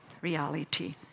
reality